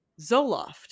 Zoloft